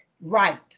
Right